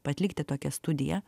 atlikti tokią studiją